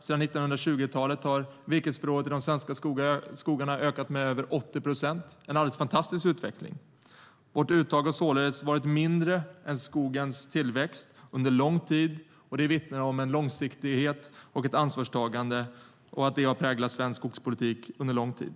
Sedan 1920-talet har virkesförrådet i de svenska skogarna ökat med över 80 procent, en alldeles fantastisk utveckling. Vårt uttag har således länge varit mindre än skogens tillväxt, vilket vittnar om att långsiktighet och ansvarstagande präglat svensk skogspolitik under lång tid.